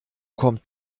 kommt